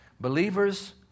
believers